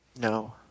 No